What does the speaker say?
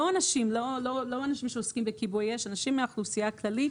אלו לא אנשים שעוסקים בכיבוי אש אנשים מהאוכלוסייה הכללית.